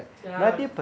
ya